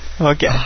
Okay